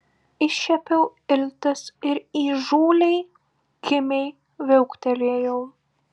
iššiepiau iltis ir įžūliai kimiai viauktelėjau